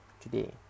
today